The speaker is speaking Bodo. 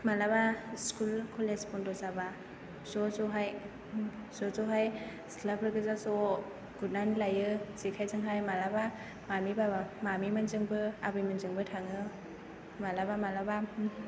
माब्लाबा स्कुल कलेज बन्द' जाबा ज' ज' सिख्लाफोर गोजा ज' गुरनानै लायो जेखायजोंहाय माब्लाबा मामि मोनजोंबो आबैमोनजोंबो थाङो माब्लाबा माब्लाबा